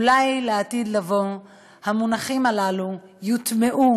ואולי לעתיד לבוא המונחים הללו יוטמעו